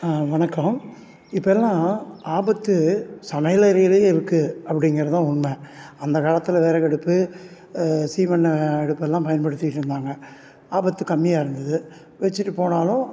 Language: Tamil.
வணக்கம் இப்போல்லாம் ஆபத்து சமையலறையில் இருக்குது அப்படிங்கிறது தான் உண்மை அந்த காலத்தில் விறகடுப்பு சீமண்ணை அடுப்பெல்லாம் பயன்படுத்திகிட்டு இருந்தாங்க ஆபத்து கம்மியாக இருந்தது வச்சுட்டு போனாலும்